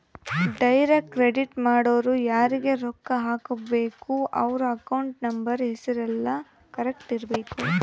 direct credit ಮಾಡೊರು ಯಾರೀಗ ರೊಕ್ಕ ಹಾಕಬೇಕು ಅವ್ರ ಅಕೌಂಟ್ ನಂಬರ್ ಹೆಸರು ಯೆಲ್ಲ ಕರೆಕ್ಟ್ ಇರಬೇಕು